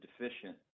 deficient